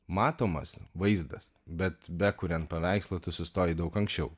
matomas vaizdas bet be kuriant paveikslą tu sustoji daug anksčiau